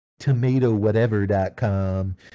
tomatowhatever.com